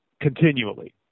continually